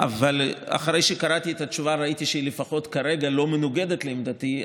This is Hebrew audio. אחרי שקראתי את התשובה ראיתי שהיא לפחות כרגע לא מנוגדת לעמדתי,